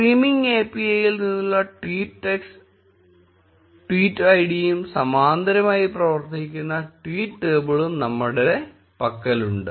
streaming API യിൽ നിന്നുള്ള tweet ടെക്സ്റ്റും ട്വീറ്റ് ഐഡിയും സമാന്തരമായി പ്രവർത്തിക്കുന്ന ട്വീറ്റ് ടേബിളും നമ്മളുടെ പക്കലുണ്ട്